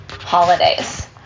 holidays